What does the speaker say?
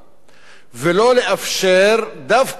ולא לאפשר דווקא היום,